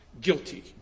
guilty